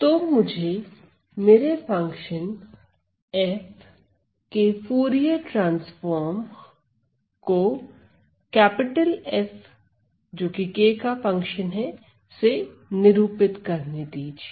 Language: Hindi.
तो मुझे मेरे फंक्शन f के फूरिये ट्रांसफॉर्म को F से निरूपित करने दीजिए